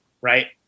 right